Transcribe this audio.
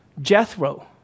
Jethro